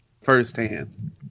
firsthand